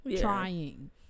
trying